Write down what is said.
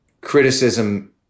criticism